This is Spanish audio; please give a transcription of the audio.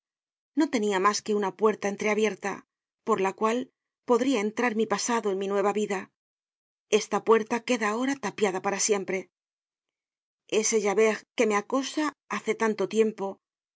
no tenia mas que una puerta entreabierta por la cual podria entrar mi pasado en mi nueva vida j esta puerta queda ahora tapiada para siempre ese javert que me acosa hace tanto tiempo